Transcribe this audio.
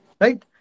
right